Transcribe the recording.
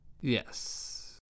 Yes